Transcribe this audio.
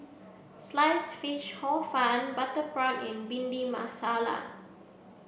Sliced Fish Hor Fun Butter Prawn and Bhindi Masala